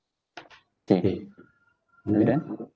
okay and then